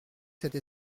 cette